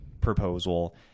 proposal